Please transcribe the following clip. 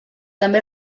també